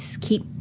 keep